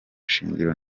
shingiro